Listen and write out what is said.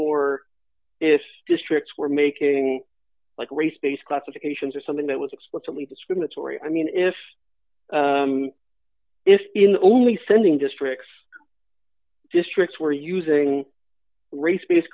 e districts were making like race based classifications or something that was explicitly discriminatory i mean if only sending districts districts were using race base